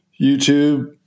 YouTube